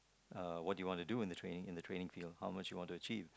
uh what do you want to do in the train in the train how much you want to achieve